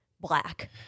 Black